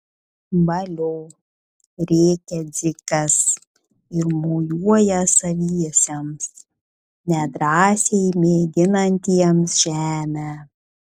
valio rėkia dzikas ir mojuoja saviesiems nedrąsiai mėginantiems žemę